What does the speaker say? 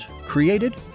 created